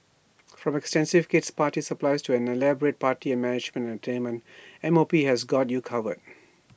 from extensive kid's party supplies to an elaborate party management and entertainment M O P has got you covered